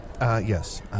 Yes